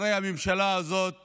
הרי הממשלה הזאת